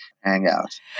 Hangout